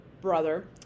brother